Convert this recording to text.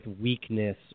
weakness